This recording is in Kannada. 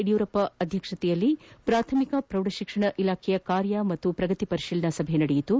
ಯಡಿಯೂರಪ್ಪ ಅಧ್ಯಕ್ಷತೆಯಲ್ಲಿ ಪ್ರಾಥಮಿಕ ಪಾಗೂ ಪ್ರೌಢಶಿಕ್ಷಣ ಇಲಾಖೆಯ ಕಾರ್ಯ ಹಾಗೂ ಪ್ರಗತಿ ಪರಿಶೀಲನಾ ಸಭೆ ನಡೆಯಿತು